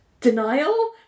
denial